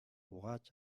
угааж